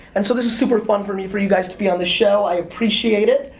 and so this is super fun for me for you guys to be on the show. i appreciate it.